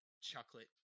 chocolate